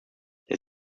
der